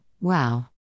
wow